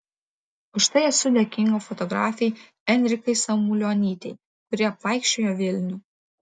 už tai esu dėkinga fotografei enrikai samulionytei kuri apvaikščiojo vilnių